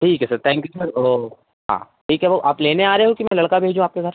ठीक है sir thank you sir वह हाँ ठीक है वह आप लेने आ रहे हो कि मैं लड़का भेजूँ आपके घर